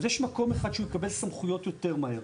אז יש מקום אחד שהוא מקבל סמכויות יותר מהר.